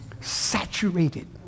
saturated